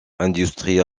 industries